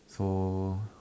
so